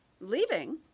Leaving